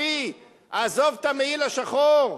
עזוב את המעיל השחור,